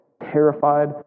terrified